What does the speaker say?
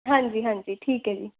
ਹਾਂਜੀ ਹਾਂਜੀ ਠੀਕ ਹੈ ਜੀ